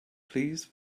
please